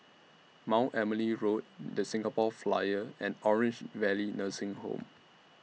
Mount Emily Road The Singapore Flyer and Orange Valley Nursing Home